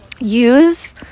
use